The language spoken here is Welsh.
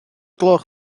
gloch